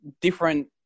different